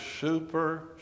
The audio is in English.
super